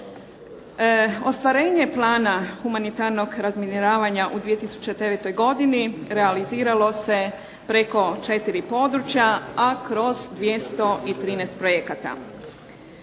Ostvarenje plana humanitarnog razminiravanja u 2009. godini realiziralo se preko 4 područja, a kroz 213 projekata.